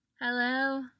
Hello